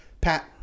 Pat